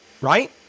right